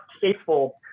faithful